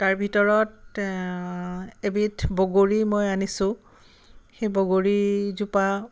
তাৰ ভিতৰত এবিধ বগৰী মই আনিছোঁ সেই বগৰীজোপা